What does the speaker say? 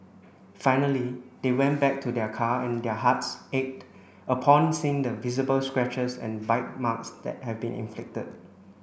finally they went back to their car and their hearts ached upon seeing the visible scratches and bite marks that had been inflicted